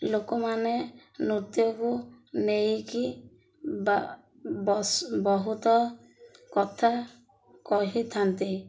ଲୋକମାନେ ନୃତ୍ୟକୁ ନେଇକି ବା ବ ବହୁତ କଥା କହିଥାନ୍ତି